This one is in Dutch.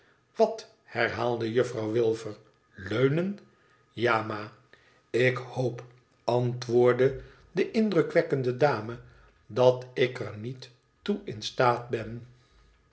wat herhaalde juffrouw wilfer leunen ja ma ik hoop antwoordde de indrukwekkende dame dat ik er niet toe in staat ben